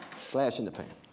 flash in the pan,